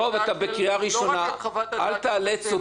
אל תאלץ אותי.